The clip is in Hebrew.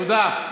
תודה.